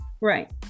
right